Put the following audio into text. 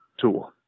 tool